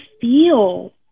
feel